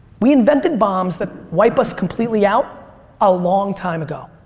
we invented bombs that wipe us completely out a long time ago.